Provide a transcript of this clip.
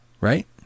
Right